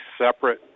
separate